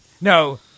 No